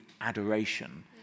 adoration